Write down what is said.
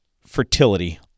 fertility